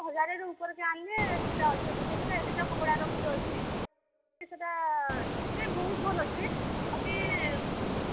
ହଜାରେ ଉପର୍କେ ଆନ୍ଲେ ସେଟା ଅଛେ ଗୁଟେ ସେଟା ଏକ୍ସଟ୍ରା କପଡ଼ାର ଗୁଟେ ଅଛେ ସେଟା ବହୁତ୍ ଭଲ୍ ଅଛେ ବାକି